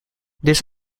this